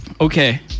okay